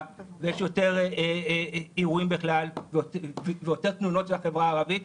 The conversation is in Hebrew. יותר אירועים בכלל ויותר תלונות בחברה הערבית,